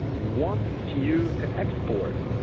wants you to export,